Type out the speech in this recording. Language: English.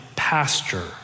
pasture